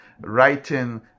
writing